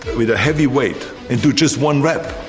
with a heavy weight and do just one rep.